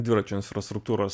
dviračių infrastruktūros